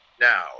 Now